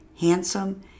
handsome